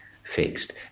fixed